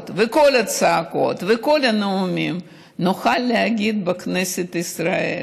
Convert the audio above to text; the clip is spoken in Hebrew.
וכל הצעקות וכל הנאומים נוכל להגיד בכנסת ישראל